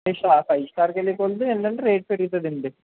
five star five star వెళ్లే కొలది ఏంటంటే రేటు పెరుగుతుందండీ